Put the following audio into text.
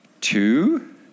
two